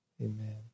Amen